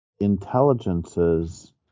intelligences